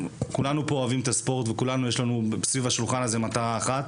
כולנו פה אוהבים את הספורט ולכל היושבים סביב השולחן הזה יש מטרה אחת,